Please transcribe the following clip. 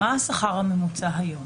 מה השכר הממוצע היום